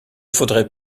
faudrait